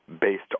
based